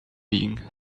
being